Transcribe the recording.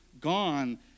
gone